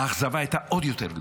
האכזבה הייתה עוד יותר גדולה.